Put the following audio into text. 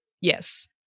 Yes